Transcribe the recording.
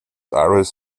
aires